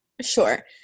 Sure